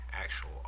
actual